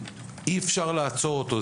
אי-אפשר לעצור אותו.